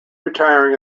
retiring